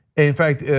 in fact,